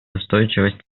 устойчивой